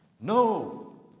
No